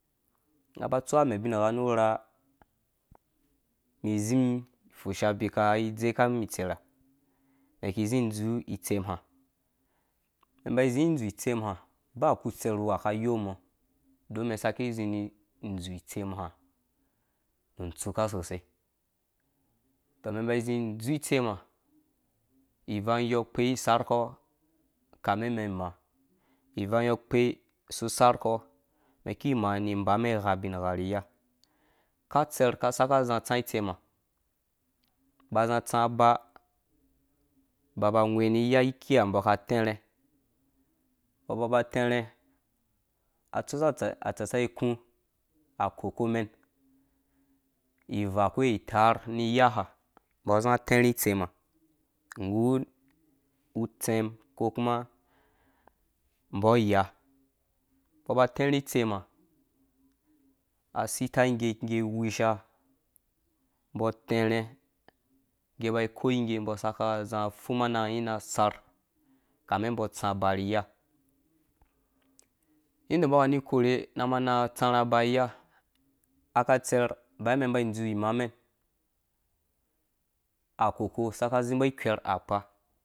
Nga ba tsu amɛ bingha nu rha zi fusha abika dze ka mum itser ha mɛn ki zi dzu itsɛmha mɛn ba zi dzu itsem ha ba ku tser kuha kayɔ mɔ on mena saki zĩ ni zu itsem ha nutsuka sosei tɔmɛn ba zĩ dzu itsem ba ivangyɔ kpe iserh kpɔ kame mɛn maa ivangyɔ kepe si sarh kpɔ mɛn ki maa ni bemengha ubin ni iya ka tsɛr ka saka zĩ tsã itsem nga ba zi tsã ba ba ba ughɛ ni iya kiho mba ka terhe mbɔ ba ba tɛrhɛ atsusa atsatsa ku akoko mɛn ivaa ko itaar ni iyaha mbɔ zĩ terhi itsem ha nggu utsɛm ko kuma mbɔ iya mbɔ ba tɛrhi itsem ha a sitangge ga ngge wisha mba tɛrha ngge ba ikoi ngge mbɔ sata zi fuma ananga nyin na sarh kame mbɔ, tsã abarhi iya de mbɔ kani korhe na mana tsã bani iya aka tser baya mɛn ba dzu imaamɛn akoko saka zi mbɔ ikwer akpa.